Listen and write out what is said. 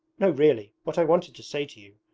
no really. what i wanted to say to you.